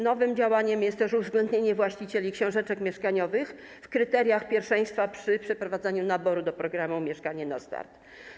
Nowym działaniem jest też uwzględnienie właścicieli książeczek mieszkaniowych w kryteriach pierwszeństwa przy przeprowadzaniu naboru do programu „Mieszkanie na start”